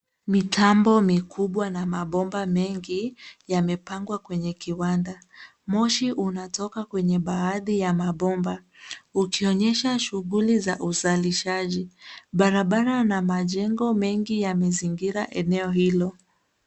Mitambo mikubwa na mabomba mengi yamepangwa kwenye kiwanda. Moshi unatoka kwenye baadhi ya mabomba, ukionyesha shughuli za uzalishaji. Barabara na majengo mengi yamezingira eneo hilo.